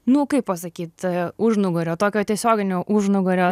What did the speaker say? nu kaip pasakyt užnugario tokio tiesioginio užnugario